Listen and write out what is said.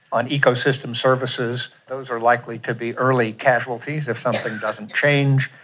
on ecosystem services, those are likely to be early casualties if something doesn't change.